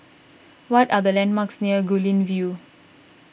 what are the landmarks near Guilin View